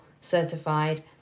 certified